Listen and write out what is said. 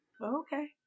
Okay